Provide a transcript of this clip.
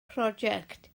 project